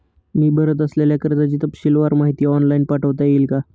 मी भरत असलेल्या कर्जाची तपशीलवार माहिती ऑनलाइन पाठवता येईल का?